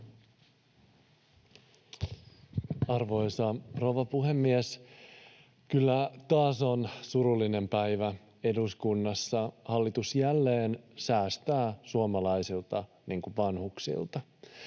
Arvoisa rouva puhemies! Kyllä taas on surullinen päivä eduskunnassa: hallitus jälleen säästää suomalaisilta vanhuksilta.